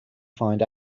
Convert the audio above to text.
find